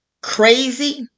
crazy